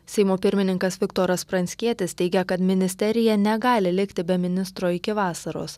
seimo pirmininkas viktoras pranckietis teigia kad ministerija negali likti be ministro iki vasaros